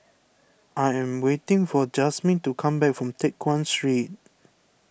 I am waiting for Jasmin to come back from Teck Guan Street